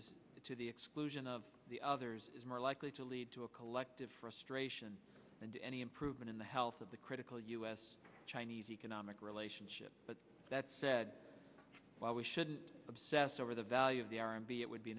issue is to the exclusion of the others is more likely to lead to a collective frustration and any improvement in the health of the critical u s chinese economic relationship but that said while we shouldn't obsess over the value of the r and b it would be